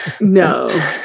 No